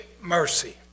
mercy